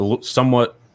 somewhat